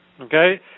okay